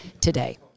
today